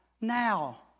Now